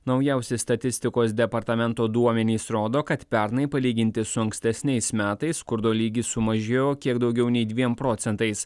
naujausi statistikos departamento duomenys rodo kad pernai palyginti su ankstesniais metais skurdo lygis sumažėjo kiek daugiau nei dviem procentais